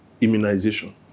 Immunization